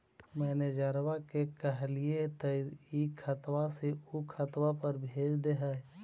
मैनेजरवा के कहलिऐ तौ ई खतवा से ऊ खातवा पर भेज देहै?